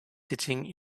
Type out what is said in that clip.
sitting